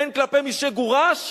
הן כלפי מי שגורש,